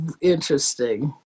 interesting